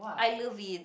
I love it